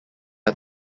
are